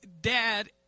Dad